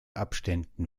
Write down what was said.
abständen